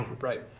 Right